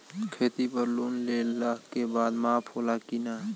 खेती पर लोन लेला के बाद माफ़ होला की ना?